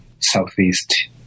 southeast